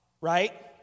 right